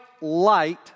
light